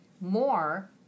more